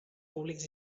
públics